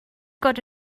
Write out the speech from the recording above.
got